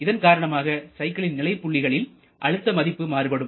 இதன் காரணமாக சைக்கிளின் நிலை புள்ளிகளில் அழுத்த மதிப்பு மாறுபடும்